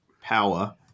power